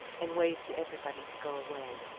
and waved to everybody to go away.